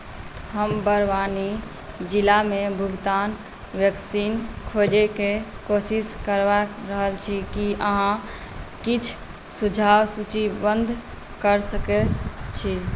हम बड़वानी जिलामे भुगतान वैक्सीन खोजयके कोशिश कऽ रहल छी की अहाँ किछु सुझाव सूचीबद्ध कऽ सकैत छी